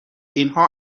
اینها